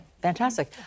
fantastic